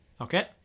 Okay